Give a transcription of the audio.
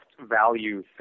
value